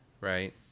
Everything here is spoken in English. right